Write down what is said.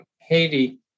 Haiti